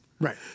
Right